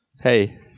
Hey